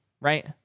right